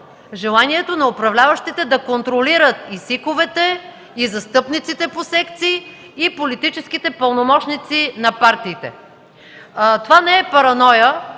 желанието на управляващите да контролират и ЦИК-овете, и застъпниците по секции, и политическите пълномощници на партиите. Това не е параноя.